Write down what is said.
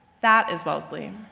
that is wellesley.